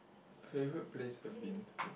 favourite place I've been to